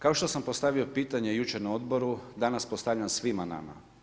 Kao što sam postavio pitanje jučer na Odboru, danas postavljam svima nama.